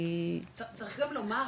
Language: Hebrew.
כי --- צריך גם לומר,